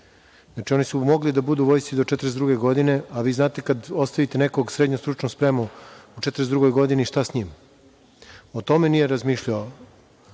Znači, oni su mogli da budu u Vojsci do 42 godine, a vi znate da kada ostavite nekoga sa srednjom stručnom spremom u 42 godini, šta sa njim? O tome nije razmišljao